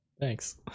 Thanks